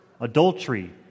adultery